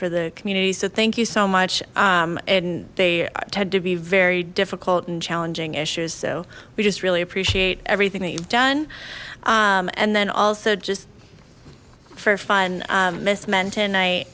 for the community so thank you so much and they tend to be very difficult and challenging issues so we just really appreciate everything that you've done and then also just for fun miss m